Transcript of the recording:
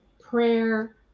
prayer